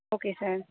okay sir